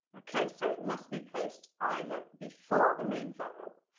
okay, so it must be placed either before the main verb,